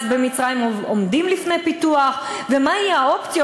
במצרים עומדים לפני פיתוח ומה יהיו האופציות?